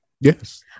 Yes